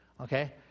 Okay